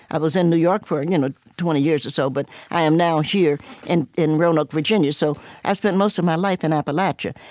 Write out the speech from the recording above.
i was in new york for and you know twenty years or so, but i am now here and in roanoke, virginia, so i've spent most of my life in appalachia.